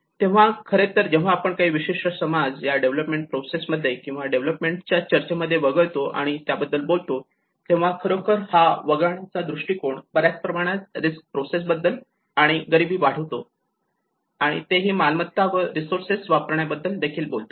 तेव्हा खरे तर जेव्हा आपण काही विशिष्ट समाज या डेव्हलपमेंट प्रोसेस मध्ये किंवा या डेव्हलपमेंट च्या चर्चेमध्ये वगळतो आणि त्याबद्दल बोलतो तेव्हा खरोखर हा वगळण्याचा दृष्टिकोन बऱ्याच प्रमाणात रिस्क प्रोसेस आणि गरिबी वाढवतो आणि ते ही मालमत्ता व हे रिसोर्सेस वापरण्याबद्दल देखील बोलतात